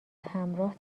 همراه